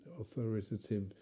authoritative